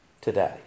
today